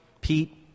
Pete